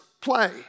play